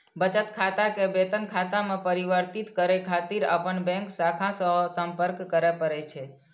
बचत खाता कें वेतन खाता मे परिवर्तित करै खातिर अपन बैंक शाखा सं संपर्क करय पड़ै छै